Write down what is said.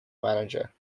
manager